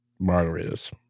margaritas